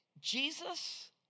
Jesus